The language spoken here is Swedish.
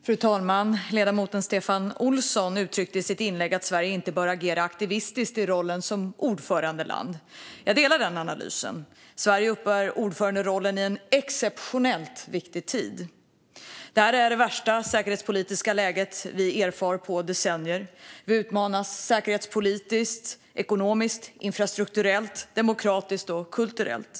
Fru talman! Ledamoten Stefan Olsson uttryckte i sitt inlägg att Sverige inte bör agera aktivistiskt i rollen som ordförandeland. Jag delar den analysen. Sverige bär ordföranderollen i en exceptionellt viktig tid. Det här är det värsta säkerhetspolitiska läget vi erfarit på decennier. Vi utmanas säkerhetspolitiskt, ekonomiskt, infrastrukturellt, demokratiskt och kulturellt.